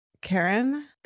karen